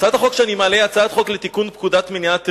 הצעת החוק שאני מעלה היא הצעת חוק לתיקון פקודת מניעת טרור,